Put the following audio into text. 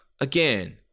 again